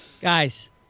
Guys